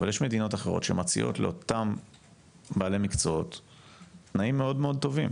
יש מדינות אחרות שמציעות לאותם בעלי מקצוע תנאים מאוד מאוד טובים